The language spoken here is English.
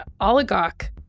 oligarch